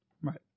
Right